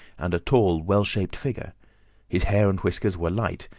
and a tall, well-shaped figure his hair and whiskers were light,